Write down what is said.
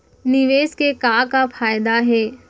निवेश के का का फयादा हे?